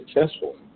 successful